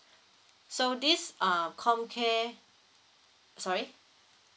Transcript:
so this uh com care sorry